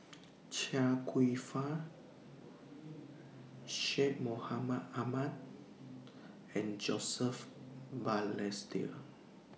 Chia Kwek Fah Syed Mohamed Ahmed and Joseph Balestier